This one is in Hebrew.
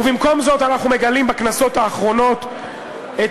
ובמקום זאת אנחנו מגלים בכנסות האחרונות את